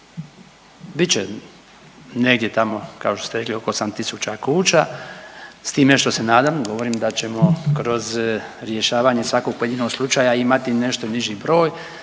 će negdje tamo kao što ste rekli oko 8.000 kuća, s time što se nadam govorim da ćemo kroz rješavanje svakog pojedinog slučaja imati nešto niži broj.